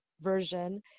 version